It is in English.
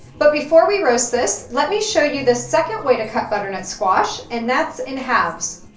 but before we roast this, let me show you the second way to cut butternut squash and that's in halves.